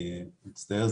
אני מצטער,